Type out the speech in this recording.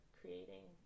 creating